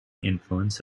influence